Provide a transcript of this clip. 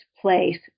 place